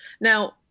now